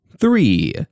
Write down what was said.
three